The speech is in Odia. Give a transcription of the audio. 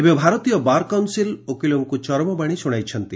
ଏବେ ଭାରତୀୟ ବାର କାଉନ୍ସିଲ ଓକିଲଙ୍କୁ ଚରମ ବାଶୀ ଶୁଣାଇଛି